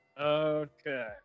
Okay